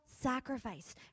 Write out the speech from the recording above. sacrifice